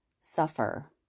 suffer